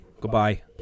Goodbye